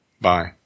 Bye